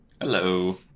Hello